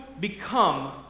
become